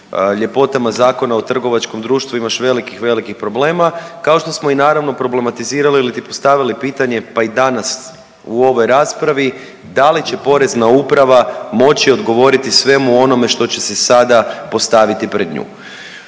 ljepotama Zakona o trgovačkom društvu imaš velikih, velikih problema kao što smo naravno i problematizirali iliti postavili pitanje pa i danas u ovoj raspravi da li će Porezna uprava moći odgovoriti svemu onome što će se sada postaviti pred nju.